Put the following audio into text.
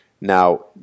Now